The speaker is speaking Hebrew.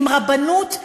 עם רבנות שממש,